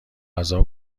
غذا